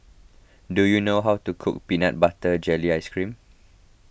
do you know how to cook Peanut Butter Jelly Ice Cream